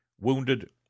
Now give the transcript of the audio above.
Wounded